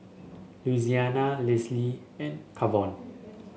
Louisiana Lesly and Kavon